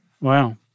Wow